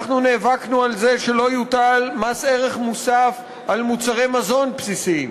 אנחנו נאבקנו על זה שלא יוטל מס ערך מוסף על מוצרי מזון בסיסיים.